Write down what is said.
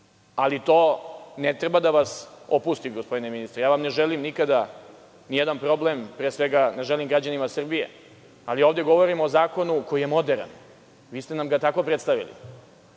ali to ne treba da vas opusti, gospodine ministre. Ne želim nikakav problem, ne želim građanima Srbije. Ovde govorimo o zakonu koji je moderan. Vi ste nam ga tako predstavili.